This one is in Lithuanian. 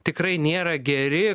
tikrai nėra geri